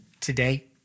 today